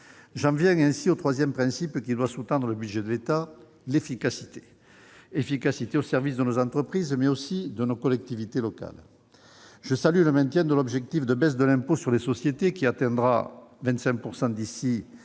J'en viens au troisième principe qui doit sous-tendre le budget de l'État : l'efficacité, au service de nos entreprises, mais aussi de nos collectivités locales. Je salue le maintien de l'objectif de baisse de l'impôt sur les sociétés, dont le taux devrait